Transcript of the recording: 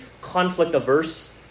conflict-averse